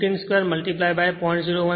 5 15 2 0